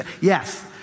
Yes